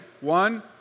One